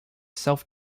self